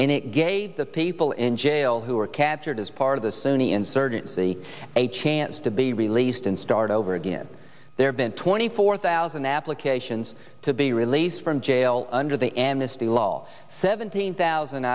and it gave the people in jail who were captured as part of the sunni insurgents the a chance to be released and start over again they have been twenty four thousand applications to be released from jail under the amnesty law seventeen thousand